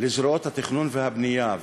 לזרועות התכנון והבנייה,